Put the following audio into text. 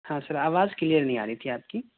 ہاں سر آواز کلیئر نہیں آ رہی تھی آپ کی